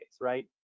right